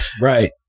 Right